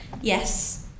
Yes